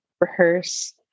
rehearse